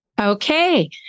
Okay